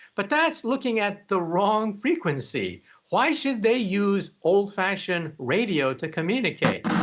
but that's looking at the wrong frequency why should they use old fashioned radio to communicate?